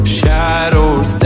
shadows